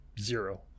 zero